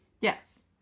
Yes